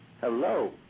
hello